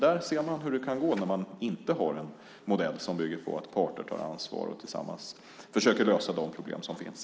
Där ser man hur det kan gå när det inte finns en modell som bygger på att parter tar ansvar och tillsammans försöker lösa de problem som finns.